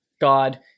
God